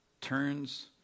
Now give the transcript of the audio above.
turns